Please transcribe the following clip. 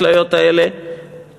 את המחיר של האשליות האלה תמיד